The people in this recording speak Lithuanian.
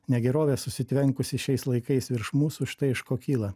negerovė susitvenkusi šiais laikais virš mūsų štai iš ko kyla